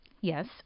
Yes